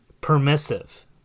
Permissive